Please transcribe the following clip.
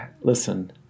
listen